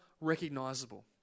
recognizable